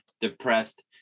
depressed